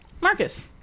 Marcus